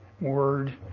word